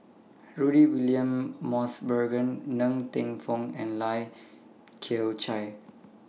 Rudy William Mosbergen Ng Teng Fong and Lai Kew Chai